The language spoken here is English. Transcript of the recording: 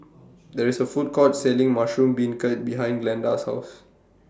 There IS A Food Court Selling Mushroom Beancurd behind Glenda's House